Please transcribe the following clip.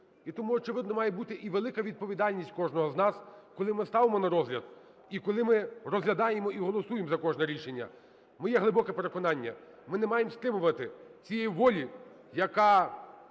І тому, очевидно, має бути і велика відповідальність кожного з нас, коли ми ставимо на розгляд і коли ми розглядаємо і голосуємо за кожне рішення. Моє глибоке переконання – ми не маємо стримувати цієї волі, яка